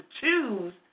choose